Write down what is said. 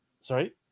sorry